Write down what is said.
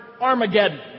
Armageddon